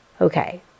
okay